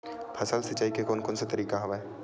फसल सिंचाई के कोन कोन से तरीका हवय?